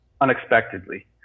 unexpectedly